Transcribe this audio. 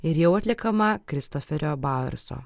ir jau atliekama kristoferio